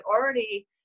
already